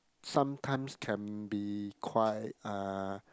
sometimes can be quite uh